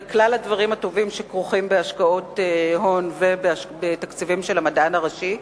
וכלל הדברים הטובים שכרוכים בהשקעות הון ובתקציבים של המדען הראשי.